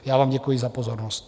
Já vám děkuji za pozornost.